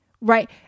right